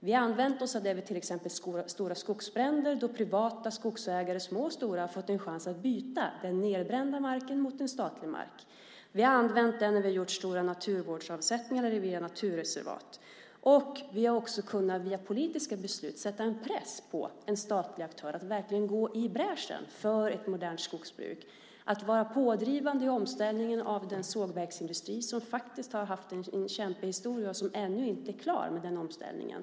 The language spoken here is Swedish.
Vi har använt oss av det vid till exempel stora skogsbränder då privata skogsägare, små och stora, har fått en chans att byta den nedbrända marken mot en statlig mark. Vi har använt detta när vi har gjort stora naturvårdsavsättningar och när det gäller naturreservat. Vi har också, via politiska beslut, kunnat sätta en press på en statlig aktör att verkligen gå i bräschen för ett modernt skogsbruk och vara pådrivande i omställningen av den sågverksindustri som har haft en kämpig historia och som ännu inte är klar med den omställningen.